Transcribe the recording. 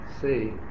see